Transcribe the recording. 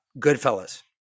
Goodfellas